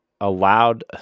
allowed